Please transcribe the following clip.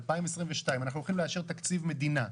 2022. אנחנו הולכים לאשר תקציב מדינה.